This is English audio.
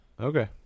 okay